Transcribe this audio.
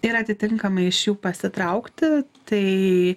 ir atitinkamai iš jų pasitraukti tai